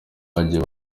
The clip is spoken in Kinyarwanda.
hagiye